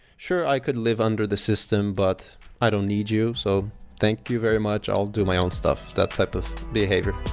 sure, i could live under the system, but i don't need you. so thank you very much. i'll do my own stuff. that type of behavior.